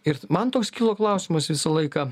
ir man toks kilo klausimas visą laiką